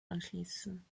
anschließen